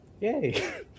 yay